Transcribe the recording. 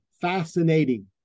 fascinating